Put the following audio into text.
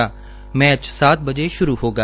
ुमैच सात बजे शुरू होगा